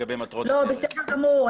לגבי מטרות --- בסדר גמור,